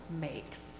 makes